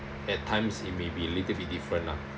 at times it may be little bit different lah